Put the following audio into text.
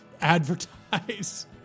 advertise